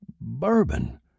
bourbon